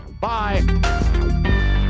Bye